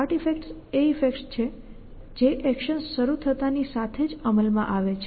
start effects એ effect છે જે એક્શન્સ શરૂ થતાંની સાથે જ અમલમાં આવે છે